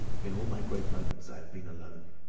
in all my great moments i have been alone.